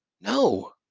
No